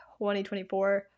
2024